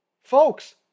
Folks